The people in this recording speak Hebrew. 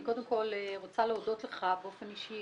אני קודם כול רוצה להודות לך באופן אישי